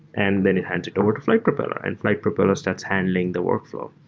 and then it hands it over to flyte propeller and flyte propellers that's handling the workflow.